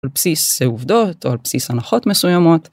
על בסיס עובדות על בסיס הנחות מסוימות.